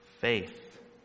faith